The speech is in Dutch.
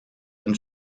een